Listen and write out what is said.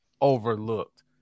overlooked